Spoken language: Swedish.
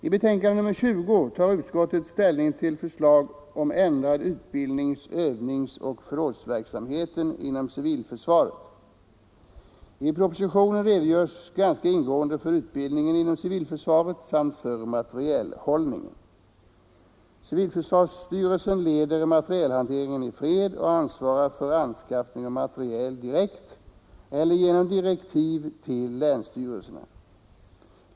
I betänkandet nr 20 tar utskottet ställning till förslag om ändrad utbildnings-, övningsoch förrådsverksamhet inom civilförsvaret. I propositionen redogörs ganska ingående för utbildningen inom civilförsvaret samt för materielhållningen. Civilförsvarsstyrelsen leder materielhanteringen i fred och svarar för anskaffning av materiel direkt eller genom direktiv till länsstyrelserna.